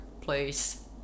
place